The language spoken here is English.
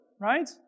right